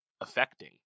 affecting